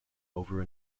over